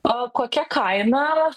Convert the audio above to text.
o kokia kaina